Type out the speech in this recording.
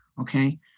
Okay